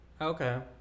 Okay